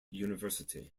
university